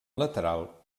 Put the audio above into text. lateral